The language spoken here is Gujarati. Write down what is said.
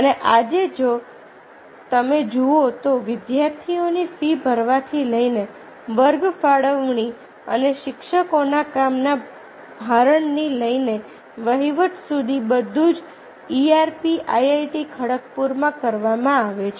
અને આજે જો તમે જુઓ તો વિદ્યાર્થીઓની ફી ભરવાથી લઈને વર્ગ ફાળવણી અને શિક્ષકોના કામના ભારણથી લઈને વહીવટ સુધી બધું જ ERP IIT ખડગપુરમાં કરવામાં આવે છે